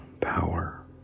power